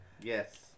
yes